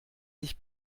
sich